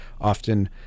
often